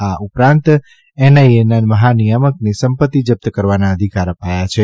આ ઉપરાંત એનઆઇએના મહાનિયામકને સંપત્તિ જપ્ત કરવાના અધિકાર અપાયા છે